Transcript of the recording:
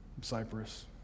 Cyprus